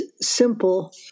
simple